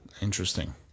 Interesting